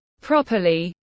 properly